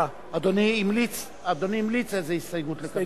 אדוני המליץ איזו הסתייגות לקבל.